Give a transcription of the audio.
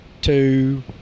two